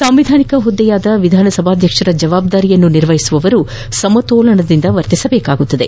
ಸಾಂವಿಧಾನಿಕ ಹುದ್ದೆಯಾದ ವಿಧಾನಸಭಾಧ್ಯಕ್ಷರ ಜಬಾಬ್ದಾರಿಯನ್ನು ನಿರ್ವಹಿಸುವವರು ಸಮತೋಲನದಿಂದ ವರ್ತಿಸಬೇಕಾಗುತ್ತದೆ